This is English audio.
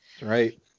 right